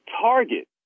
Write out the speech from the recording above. target